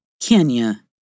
Kenya